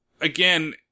again